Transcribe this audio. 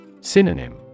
Synonym